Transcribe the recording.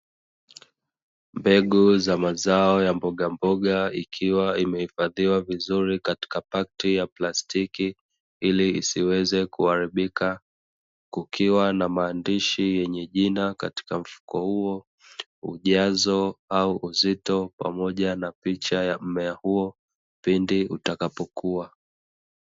Mbegu za maazo ya mbogamboga ikiwa imehifadhiwa vizuri katika paketi ya plastiki, ili isiweze kuharibika. Kukiwa na maandishi yenye jina katika mfuko huo. Ujazo au uzito pamoja na picha ya mmea huo pindi utakapokuwa.